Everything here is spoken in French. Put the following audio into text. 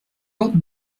porte